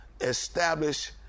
establish